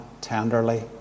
tenderly